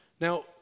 Now